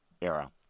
era